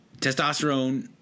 Testosterone